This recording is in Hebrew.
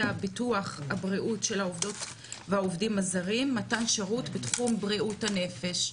הביטוח הבריאות של העובדות והעובדים הזרים מתן שירות בתחום בריאות הנפש.